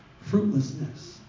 fruitlessness